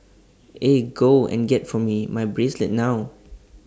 eh go and get for me my bracelet now